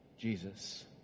Jesus